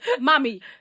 mommy